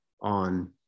on